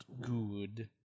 good